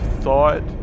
thought